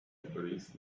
police